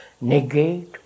negate